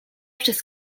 przez